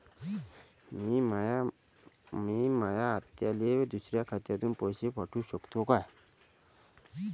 मी माया आत्याले दुसऱ्या गावातून पैसे पाठू शकतो का?